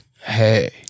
hey